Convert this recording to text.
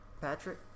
Patrick